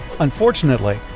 Unfortunately